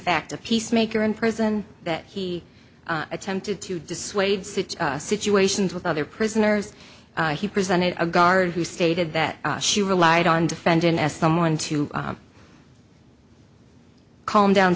fact a peacemaker in prison that he attempted to dissuade sits situations with other prisoners he presented a guard who stated that she relied on defendant as someone to calm down